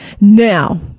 Now